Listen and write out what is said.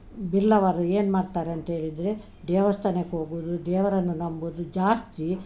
ಬಿಲ್ಲವರು ಏನು ಮಾಡ್ತಾರೆ ಅಂತ ಹೇಳಿದ್ರೆ ದೇವಸ್ಥಾನಕ್ಕೆ ಹೋಗುದು ದೇವರನ್ನು ನಂಬುವುದು ಜಾಸ್ತಿ